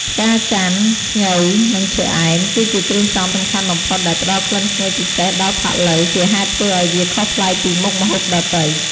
ផ្កាចន្ទន៍ ខ្ញី និងឈើអែម គឺជាគ្រឿងផ្សំសំខាន់បំផុត ដែលផ្ដល់ក្លិនឈ្ងុយពិសេសដល់ផាក់ឡូវ ជាហេតុធ្វើឱ្យវាខុសប្លែកពីមុខម្ហូបដទៃ។